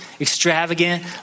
extravagant